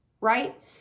right